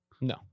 No